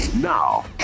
Now